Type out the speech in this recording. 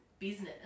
business